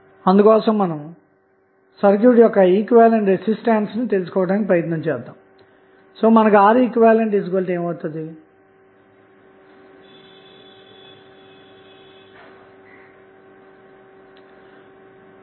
అందుకోసం మనం ఇంతకు ముందు లోడ్ ను కనెక్ట్ చేసిన టెర్మినల్స్ వద్ద ఒక 1V లేదా 1A సోర్స్ ని కనెక్ట్ చేద్దాము